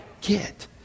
get